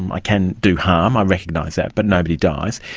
i can do harm, i recognise that, but nobody dies.